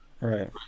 right